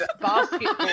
basketball